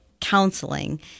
counseling